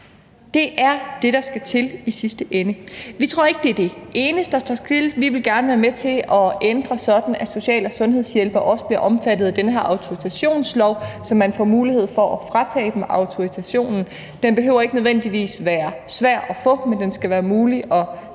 Det er det, der skal til i sidste ende. Vi tror ikke, at det er det eneste, der skal til. Vi vil gerne være med til at ændre det, så social- og sundhedshjælpere også bliver omfattet af den her autorisationslov, så man får mulighed for at fratage dem deres autorisation. Den behøver ikke nødvendigvis være svær at få, men den skal være mulig at